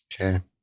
Okay